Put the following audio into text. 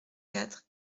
quatre